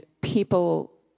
people